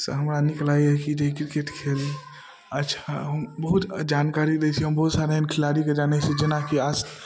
से हमरा नीक लागैया कि जे ई क्रिकेट खेल अच्छा बहुत जानकारी दै छी हम बहुत सारा अइमे खेलाड़ीके जानै छी जेनाकी आस